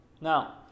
Now